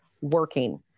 working